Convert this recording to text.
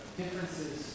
differences